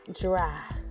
dry